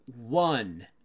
one